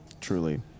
Truly